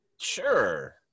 sure